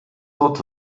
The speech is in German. dort